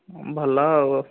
ଭଲ ଆଉ